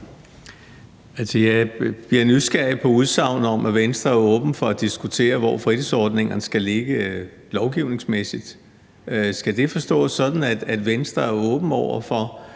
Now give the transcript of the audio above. jeg bliver nysgerrig på udsagnet om, at Venstre er åben for at diskutere, hvor fritidsordningerne skal ligge lovgivningsmæssigt. Skal det forstås sådan, at Venstre er åben over for,